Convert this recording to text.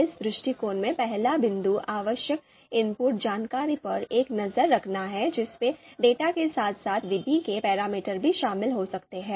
इस दृष्टिकोण में पहला बिंदु आवश्यक इनपुट जानकारी पर एक नज़र रखना है जिसमें डेटा के साथ साथ विधि के पैरामीटर भी शामिल हो सकते हैं